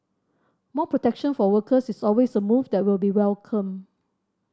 more protection for workers is always a move that will be welcomed